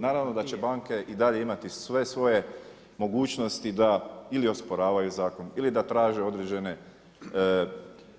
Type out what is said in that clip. Naravno da će banke i dalje imati sve svojem mogućnosti da ili osporavaju zakon ili da traže određene